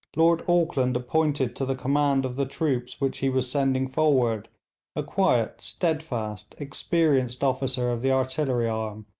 lord auckland appointed to the command of the troops which he was sending forward a quiet, steadfast, experienced officer of the artillery arm,